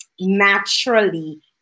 naturally